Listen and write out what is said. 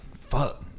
fuck